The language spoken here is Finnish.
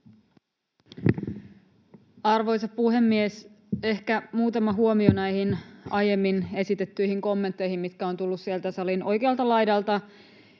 Arvoisa puhemies! Ehkä muutama huomio näihin aiemmin esitettyihin kommentteihin, mitkä ovat tulleet sieltä salin oikealta laidalta.